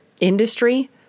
industry